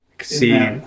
see